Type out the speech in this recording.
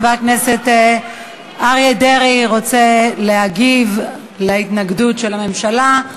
חבר הכנסת אריה דרעי רוצה להגיב על ההתנגדות של הממשלה.